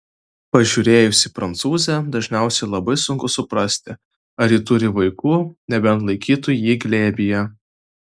pažiūrėjus į prancūzę dažniausiai labai sunku suprasti ar ji turi vaikų nebent laikytų jį glėbyje